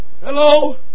Hello